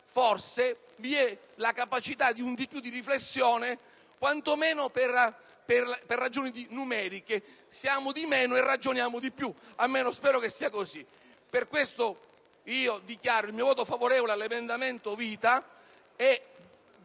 forse, vi è la capacità di un di più di riflessione quantomeno per ragioni numeriche. Siamo di meno e ragioniamo di più. Almeno spero che sia così. Per questo dichiaro il mio voto favorevole all'emendamento 1.0.1,